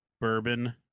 bourbon